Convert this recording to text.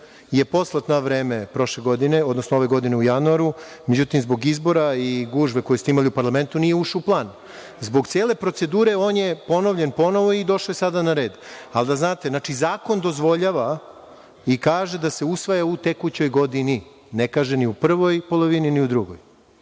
je poslat na vreme prošle godine, odnosno ove godine u januaru. Međutim, zbog izbora i gužve koje ste imali u Parlamentu, nije ušao u plan. Zbog cele procedure on je ponovljen ponovo i došao je sada na red. Ali, da znate, znači Zakon dozvoljava i kaže da se usvaja u tekućoj godini, ne kaže ni u prvoj polovini, ni u drugoj.